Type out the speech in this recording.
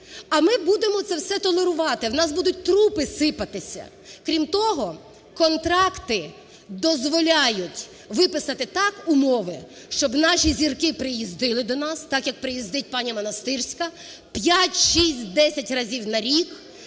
А ми будемо це все толерувати. У нас будуть трупи сипатися. Крім того, контракти дозволяють виписати так умови, щоб наші зірки приїздили до нас так, як приїздить пані Монастирська (5, 6, 10 разів на рік),